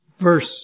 Verse